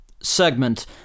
segment